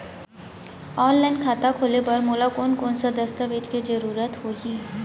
Online खाता खोले बर मोला कोन कोन स दस्तावेज के जरूरत होही?